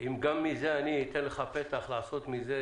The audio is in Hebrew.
אם גם מזה אתן לך פתח לעשות מזה